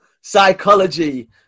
psychology